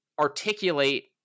articulate